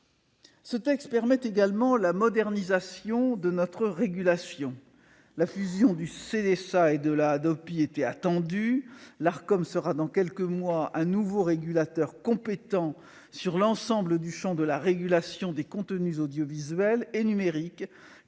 Ce texte permet également la modernisation de notre régulation. La fusion du CSA et de la Hadopi était attendue ; l'Arcom sera dans quelques mois un nouveau régulateur compétent pour l'ensemble du champ de la régulation des contenus audiovisuels et numériques,